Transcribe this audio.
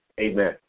Amen